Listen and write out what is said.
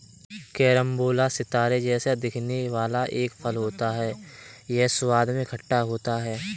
carambola सितारे जैसा दिखने वाला एक फल होता है यह स्वाद में खट्टा होता है